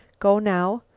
go now?